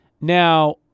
Now